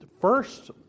first